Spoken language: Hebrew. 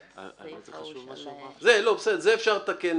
הסעיף ההוא של --- את זה אפשר לתקן.